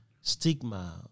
stigma